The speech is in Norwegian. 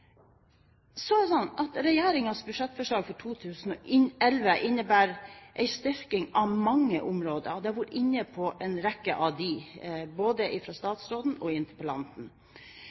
budsjettforslag for 2011 innebærer en styrking av mange områder, og både statsråden og interpellanten har vært inne på en rekke av